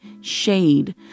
shade